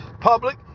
public